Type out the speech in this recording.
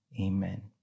Amen